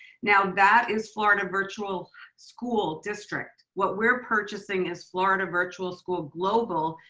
now that is florida virtual school district. what we're purchasing is florida virtual school global,